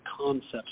concepts